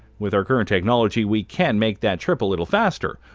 with our current technology we can make that trip a little faster.